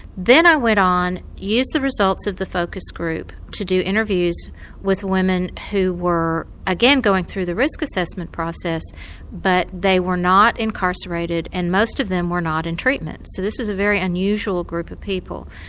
then i went on used the results of the focus group to do interviews with women who were again going through the risk assessment process but they were not incarcerated and most of them were not in treatment. so this is a very unusual group of people,